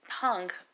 Punk